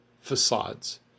facades